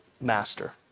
master